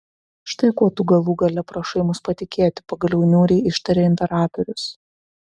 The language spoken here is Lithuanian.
štai kuo tu galų gale prašai mus patikėti pagaliau niūriai ištarė imperatorius